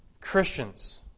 Christians